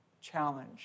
challenge